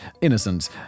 innocent